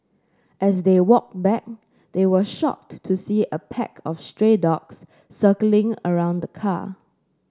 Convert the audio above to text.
as they walked back they were shocked to see a pack of stray dogs circling around the car